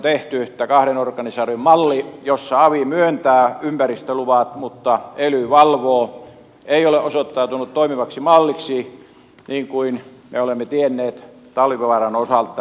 tehty kahden organisaation malli jossa avi myöntää ympäristöluvat mutta ely valvoo ei ole osoittautunut toimivaksi malliksi niin kuin me olemme tienneet talvivaaran osalta tämän asian